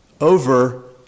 over